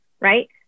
right